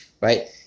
right